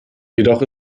jedoch